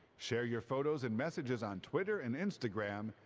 share your photos and messages on twitter and instagram,